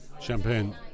Champagne